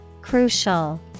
crucial